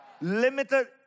limited